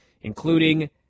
including